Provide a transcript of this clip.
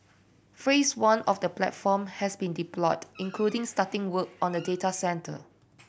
phrase one of the platform has been deployed including starting work on a data centre